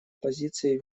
позиции